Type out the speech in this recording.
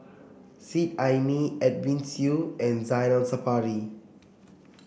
Seet Ai Mee Edwin Siew and Zainal Sapari